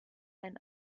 ein